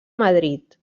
madrid